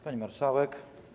Pani Marszałek!